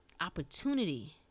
Opportunity